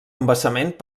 embassament